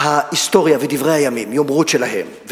מה יכתבו בעוד 15 שנה, מה הוא תרם לחברה?